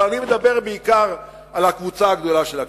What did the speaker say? אבל אני מדבר בעיקר על הקבוצה הגדולה של הקשישים.